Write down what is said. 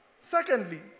Secondly